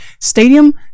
stadium